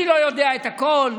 אני לא יודע את הכול.